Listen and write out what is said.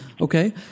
Okay